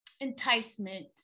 enticement